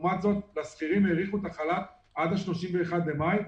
לעומת זאת, לשכירים האריכו את החל"ת עד ה-31 במאי.